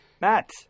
Matt